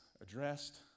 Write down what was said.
addressed